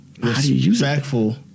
respectful